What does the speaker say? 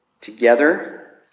Together